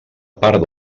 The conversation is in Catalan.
part